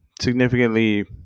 significantly